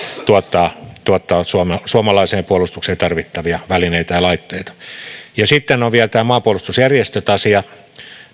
tuottaa tuottaa suomalaiseen puolustukseen tarvittavia välineitä ja laitteita sitten on vielä tämä maanpuolustusjärjestöt asia